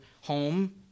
home